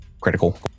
critical